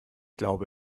glaube